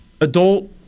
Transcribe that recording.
adult